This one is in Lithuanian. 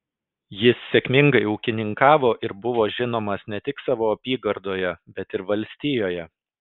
jis sėkmingai ūkininkavo ir buvo žinomas ne tik savo apygardoje bet ir valstijoje